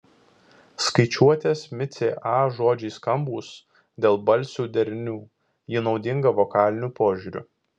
skaičiuotės micė a žodžiai skambūs dėl balsių derinių ji naudinga vokaliniu požiūriu